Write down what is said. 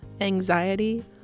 anxiety